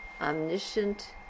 omniscient